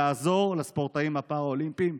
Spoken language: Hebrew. לעזור לספורטאים הפראלימפיים.